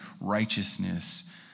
righteousness